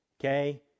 Okay